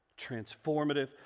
Transformative